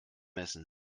messen